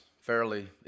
fairly